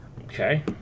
Okay